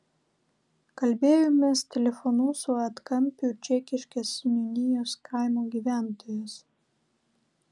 kalbėjomės telefonu su atkampių čekiškės seniūnijos kaimų gyventojais